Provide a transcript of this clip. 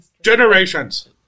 Generations